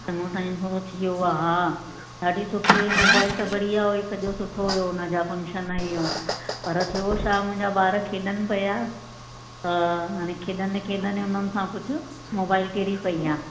चङो टाइम थोरो थी वियो आहे हा ॾढी सुठी हुई मोबाइल त बढ़िया हुई सॼो सुठो हुयो उनजा फंक्शन हे हो पर थियो छा मुंहिंजा ॿार खेॾनि पिया त हाणे खेॾंदे खेॾंदे उन्हनि सां कुझु मोबाइल किरी पई आहे